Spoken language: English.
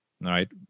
right